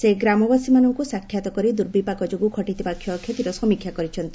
ସେ ଗ୍ରାମବାସୀମାନଙ୍କୁ ସାକ୍ଷାତ କରି ଦୁର୍ବିପାକ ଯୋଗୁଁ ଘଟିଥିବା କ୍ଷୟକ୍ଷତିର ସମୀକ୍ଷା କରିଛନ୍ତି